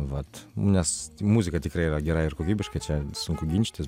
vat nes muzika tikrai yra gera ir kokybiška sunku ginčytis